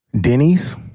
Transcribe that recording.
Denny's